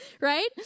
right